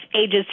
ages